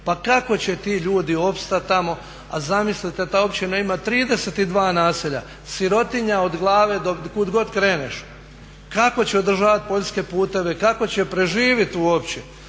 Pa kako će ti ljudi opstati tamo, a zamislite ta općina ima 32 naselja. Sirotinja od glave do kud god kreneš. Kako će održavati poljske puteve, kako će preživit uopće.